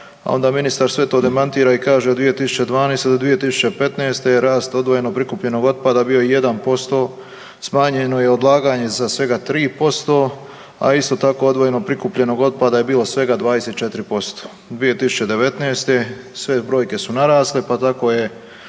A onda ministar sve to demantira i kaže od 2012.-2015. je rast odvojeno prikupljenog otpada bio 1%, smanjeno je odlaganje za svega 3%, a isto tako odvojeno prikupljenog otpada je bilo svega 24%. 2019., sve brojke su narasle pa tako je